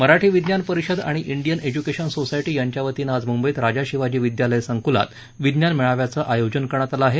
मराठी विज्ञान परिषद आणि Indian Education Society यांच्यावतीनं आज मुंबईत राजा शिवाजी विद्यालय संकूलात विज्ञान मेळ्याचं आयोजन करण्यात आलं आहे